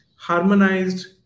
harmonized